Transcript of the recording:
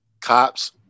Cops